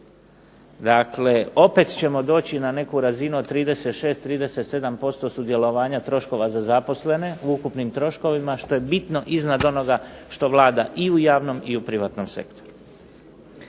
Dakle, opet ćemo doći na neku razinu od 36, 37% sudjelovanja troškova za zaposlene u ukupnim troškovima što je bitno iznad onoga što vlada i u javnom i u privatnom sektoru.